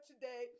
today